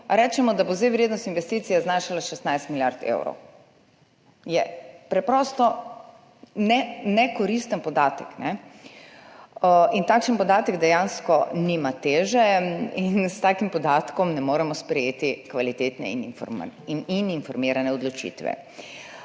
rečemo, da bo zdaj vrednost investicije znašala 16 milijard evrov? To je preprosto nekoristen podatek in takšen podatek dejansko nima teže, s takim podatkom ne moremo sprejeti kvalitetne in informirane odločitve.